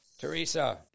Teresa